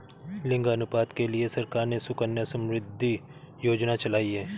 लिंगानुपात के लिए सरकार ने सुकन्या समृद्धि योजना चलाई है